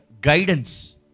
guidance